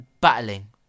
Battling